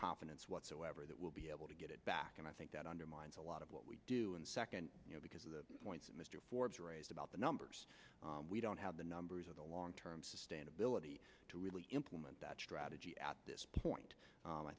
confidence whatsoever that will be able to get it back and i think that undermines a lot of what we do and second because of the points mr forbes raised about the numbers we don't have the numbers of the long term sustainability to really implement that strategy at this point